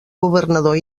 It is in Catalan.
governador